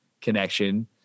connection